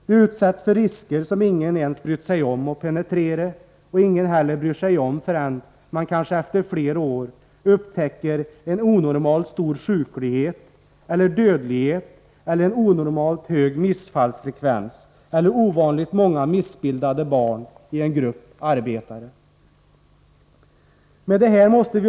De utsätts för risker som ingen ens brytt sig om att penetrera och ingen heller bryr sig om förrän man, kanske efter flera år, upptäcker en onormalt stor sjuklighet eller dödlighet, en onormalt hög missfallsfrekvens eller ovanligt många missbildade barn i en grupp arbetare.